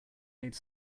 made